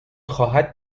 خواهد